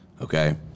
Okay